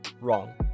Wrong